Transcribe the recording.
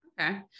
Okay